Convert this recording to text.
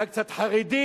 אולי קצת חרדי,